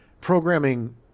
programming